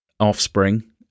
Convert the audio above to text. Offspring